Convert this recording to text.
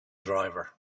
driver